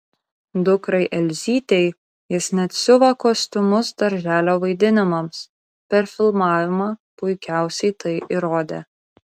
dukrai elzytei jis net siuva kostiumus darželio vaidinimams per filmavimą puikiausiai tai įrodė